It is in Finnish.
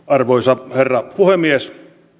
arvoisa herra puhemies